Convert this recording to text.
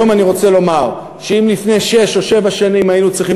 היום אני רוצה לומר שאם לפני שש או שבע שנים היינו צריכים